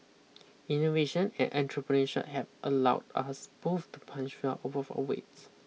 innovation and entrepreneurship have allowed us both to punch well above our weight